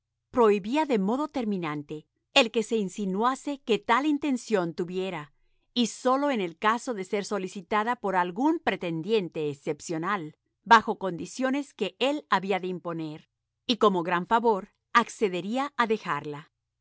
prohibía de modo terminante el que se insinuase que tal intención tuviera y sólo en el caso de ser solicitada por algún pretendiente excepcional bajo condiciones que él había de imponer y como gran favor accedería a dejarla